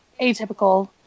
atypical